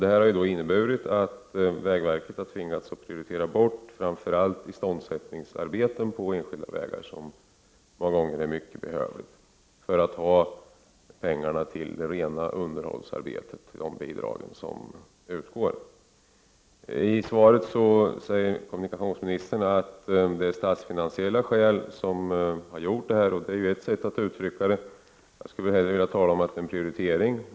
Det har inneburit att vägverket har tvingats prioritera bort framför allt arbeten med iståndsättning av enskilda vägar — något som många gånger är mycket behövligt — för att använda bidragen till rent underhållsarbete. I svaret säger kommunikationsministern att det är statsfinansiella skäl som är orsaken — och det är ett sätt att uttrycka det. Jag skulle hellre vilja tala om prioriteringar.